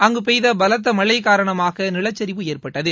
அங்கு பெய்த பலத்த மழை காரணமாக நிலச்சரிவு ஏற்பட்டது